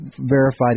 verified